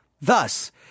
Thus